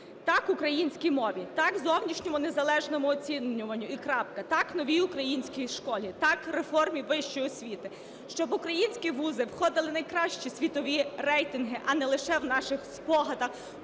Так – українській мові! Так – зовнішньому незалежному оцінюванню! І крапка. Так – "Новій українській школі"! Так – реформі вищої освіти! Щоб українські вузи входили в найкращі світові рейтинги, а не лише в наших спогадах